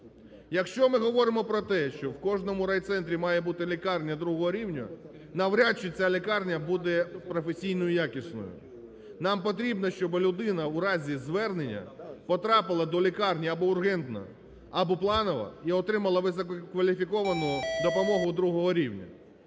Якщо ми говоримо про те, що в кожному райцентрі має бути лікарня другого рівня, навряд чи ця лікарня буде професійно якісною. Нам потрібно, щоби людина у разі звернення потрапила до лікарні або ургентно, або планово і отримала висококваліфіковану допомогу другого рівня.